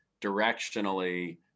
directionally